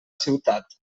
ciutat